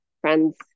friend's